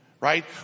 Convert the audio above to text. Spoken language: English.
Right